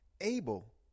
able